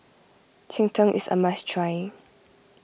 Cheng Tng is a must try